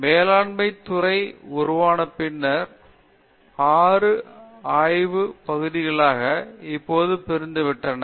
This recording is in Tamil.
மேலாண்மை துறை உருவான பின்னர் 6 ஆய்வு பகுதிகளாக இப்போது பிரிந்துவிட்டன